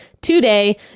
today